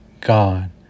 God